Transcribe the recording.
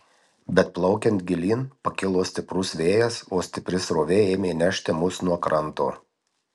bet plaukiant gilyn pakilo stiprus vėjas o stipri srovė ėmė nešti mus nuo kranto